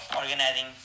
organizing